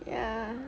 ya